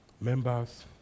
Members